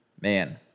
man